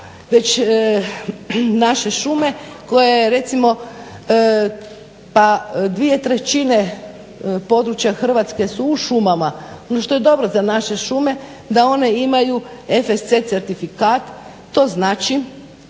već naše šume koje recimo pa dvije trećine područja Hrvatske su u šumama što je dobro za naše šume da one imaju FSC certifikat. To znači